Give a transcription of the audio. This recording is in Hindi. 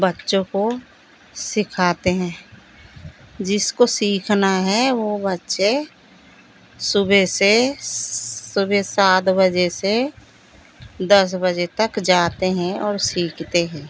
बच्चों को सिखाते हैं जिसको सीखना है वे बच्चे सुबह से सुबह सात बजे से दस बजे तक जाते हैं और सीखते हैं